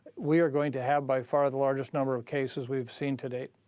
we're going to have by far the largest number of cases we have seen to date.